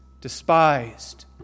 despised